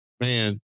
man